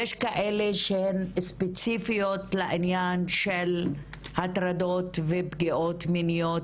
יש כאלה שהן ספציפיות לעניין של הטרדות ופגיעות מיניות?